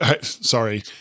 sorry